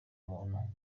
muntu